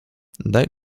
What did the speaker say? daj